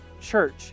church